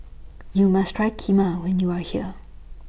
YOU must Try Kheema when YOU Are here